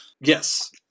Yes